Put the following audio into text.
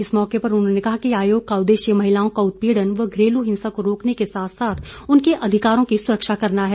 इस मौके पर उन्होंने कहा कि आयोग का उददेश्य महिलाओं का उत्पीड़न व घरेलू हिंसा को रोकने के साथ साथ उनके अधिकारों की सुरक्षा करना है